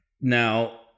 Now